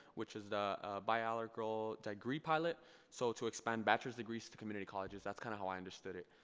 which is the bialecral degree pilot so to expand bachelor's degrees to community colleges, that's kind of how i understood it.